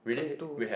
two